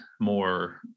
more